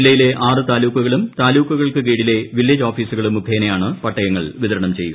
ജില്ലയിലെ ആറ് താലൂക്കുകളും താലൂക്കുകൾക്കു കീഴിലെ വില്ലേജോഫീസുകളും മുഖേനയാണ് പട്ടയങ്ങൾ വിതരണം ചെയ്യുക